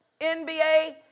NBA